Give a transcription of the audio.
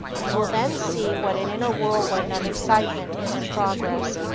you will then see what an inner whirlwind of excitement is in progress,